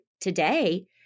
today